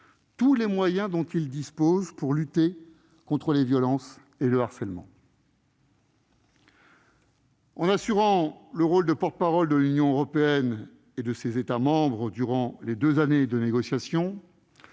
tous les moyens dont ils disposent pour lutter contre les violences et le harcèlement. En se faisant le porte-parole de l'Union européenne et de ses États membres durant les deux années de négociation,